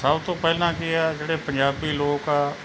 ਸਭ ਤੋਂ ਪਹਿਲਾਂ ਕੀ ਆ ਜਿਹੜੇ ਪੰਜਾਬੀ ਲੋਕ ਆ